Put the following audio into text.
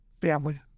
family